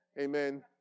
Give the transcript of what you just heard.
Amen